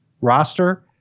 roster